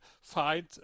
find